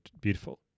beautiful